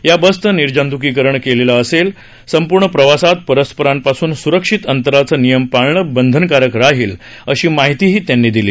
या बसचं निर्जत्कीकरणं केलेलं असेल संपूर्ण प्रवासात परस्परांपासून सुरक्षित अंतराचे नियम पाळणं बंधनकारक राहील अशी माहितीही त्यांनी दिली